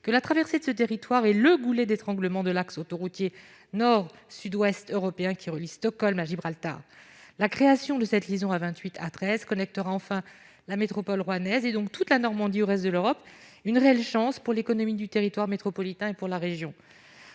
que la traversée de ce territoire et le goulet d'étranglement de l'axe autoroutier nord-sud ouest européen qui relie Stockholm à Gibraltar, la création de cette liaison à 28 à 13 connectera enfin la métropole rouennaise et donc toute la Normandie au reste de l'Europe une réelle chance pour l'économie du territoire métropolitain et pour la région,